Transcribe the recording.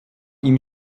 ihm